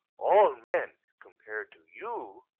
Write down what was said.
all men, compared to you,